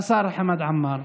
השר חמד עמאר.